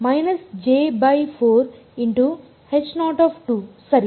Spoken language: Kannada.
ಆದ್ದರಿಂದ ಇದು ಸರಿ